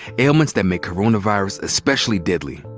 ailments that make coronavirus especially deadly.